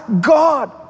God